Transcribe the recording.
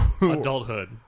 Adulthood